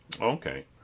Okay